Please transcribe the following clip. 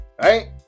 Right